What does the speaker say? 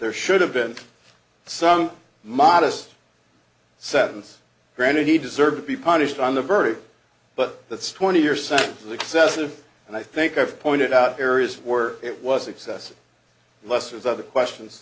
there should have been some modest sentence granted he deserved to be punished on the verdict but that's twenty year sentence was excessive and i think i've pointed out here is were it was excessive lester's other questions